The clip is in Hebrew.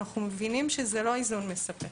אנחנו מבינים שזה לא איזון מספק.